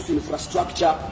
Infrastructure